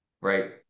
right